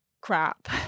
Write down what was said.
crap